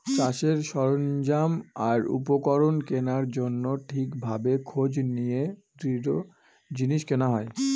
চাষের সরঞ্জাম আর উপকরণ কেনার জন্য ঠিক ভাবে খোঁজ নিয়ে দৃঢ় জিনিস কেনা হয়